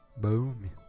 boom